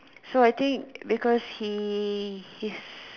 so I think because he his